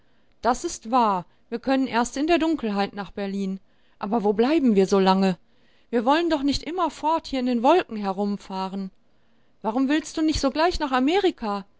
das ist wahr wir können erst in der dunkelheit nach berlin aber wo bleiben wir so lange wir wollen doch nicht immerfort hier in den wolken herumfahren warum willst du nicht sogleich nach amerika